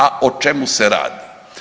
A o čemu se radi?